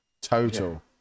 total